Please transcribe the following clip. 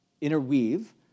interweave